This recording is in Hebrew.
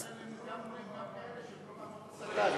גם כאלה שיכולות להיות בנות-השגה,